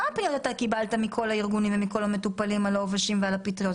כמה פעמים אתה קיבלת מכל הארגונים ומכל המטופלים על עובשים ועל פטריות?